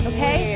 Okay